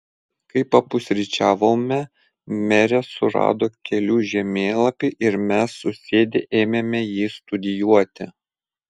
kai papusryčiavome merė surado kelių žemėlapį ir mes susėdę ėmėme jį studijuoti